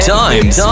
times